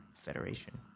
Federation